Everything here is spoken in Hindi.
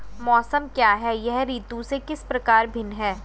मौसम क्या है यह ऋतु से किस प्रकार भिन्न है?